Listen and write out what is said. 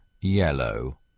yellow